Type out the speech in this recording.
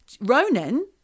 Ronan